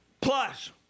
plus